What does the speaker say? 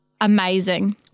amazing